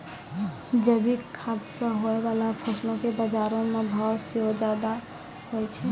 जैविक खेती से होय बाला फसलो के बजारो मे भाव सेहो ज्यादा होय छै